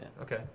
okay